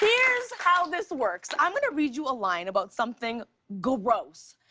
here's how this works. i'm going to read you a line about something guh-ross,